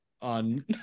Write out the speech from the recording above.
on